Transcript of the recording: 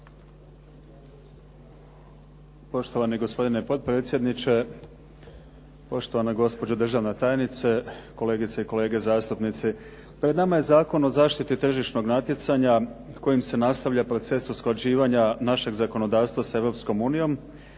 Poštovani gospodine potpredsjedniče, poštovana gospođo državna tajnice, kolegice i kolege zastupnici. Pred nama je Zakon o zaštiti tržišnog natjecanja kojim se nastavlja proces usklađivanja našeg zakonodavstva sa Europskom unijom.